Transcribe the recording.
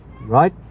right